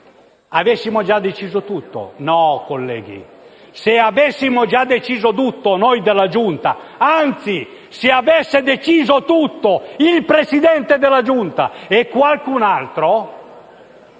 avessimo già deciso tutto. Colleghi, se avessimo già deciso tutto noi della Giunta, anzi, se avessero deciso tutto il Presidente della Giunta e qualcun'altro,